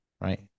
right